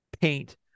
paint